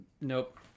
nope